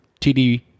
TD